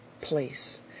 place